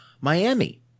Miami